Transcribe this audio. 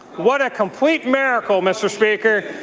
what a complete miracle, mr. speaker.